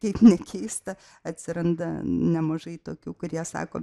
kaip nekeista atsiranda nemažai tokių kurie sako